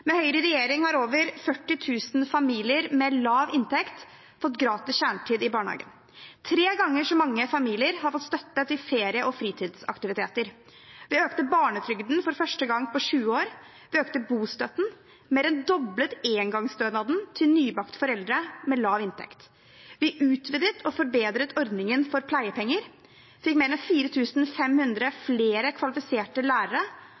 Med Høyre i regjering har over 40 000 familier med lav inntekt fått gratis kjernetid i barnehagen. Tre ganger så mange familier har fått støtte til ferie og fritidsaktiviteter. Vi økte barnetrygden for første gang på 20 år, vi økte bostøtten og mer enn doblet engangsstønaden til nybakte foreldre med lav inntekt. Vi utvidet og forbedret ordningen for pleiepenger og fikk mer enn 4 500 flere kvalifiserte lærere,